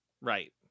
right